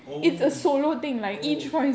oh